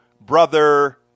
brother